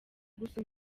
gusa